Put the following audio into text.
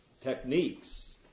techniques